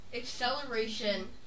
acceleration